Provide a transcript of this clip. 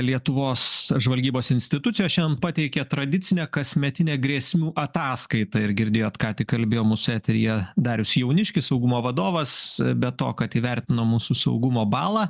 lietuvos žvalgybos institucijos šiandien pateikė tradicinę kasmetinę grėsmių ataskaitą ir girdėjot ką tik kalbėjo mūsų eteryje darius jauniškis saugumo vadovas be to kad įvertino mūsų saugumo balą